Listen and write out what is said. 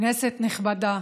כנסת נכבדה,